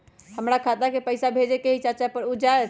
हमरा खाता के पईसा भेजेए के हई चाचा पर ऊ जाएत?